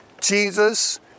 Jesus